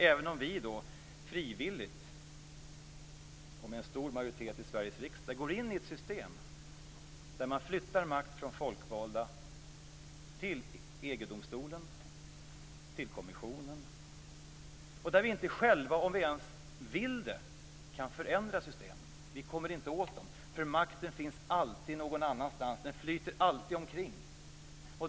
Även om vi frivilligt och med en stor majoritet i Sveriges riksdag går in i ett system där makt flyttas från folkvalda till EG-domstolen och kommissionen och där vi inte själva, om vi nu ens vill det, kan förändra systemen, så kommer vi inte åt dem. Makten finns nämligen alltid någon annanstans. Den flyter alltid omkring.